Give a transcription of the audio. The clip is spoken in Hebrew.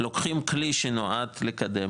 לוקחים כלי שנועד לקדם,